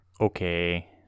Okay